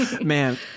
Man